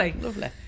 Lovely